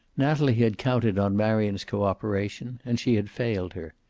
natalie had counted on marion's cooperation, and she had failed her.